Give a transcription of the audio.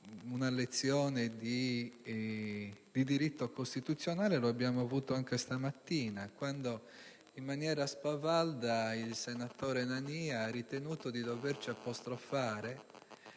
una lezione di diritto costituzionale l'abbiamo avuta anche stamattina quando, in maniera spavalda, il senatore Nania ha ritenuto di doverci apostrofare,